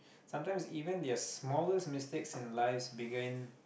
sometimes even their smallest mistakes in lives begin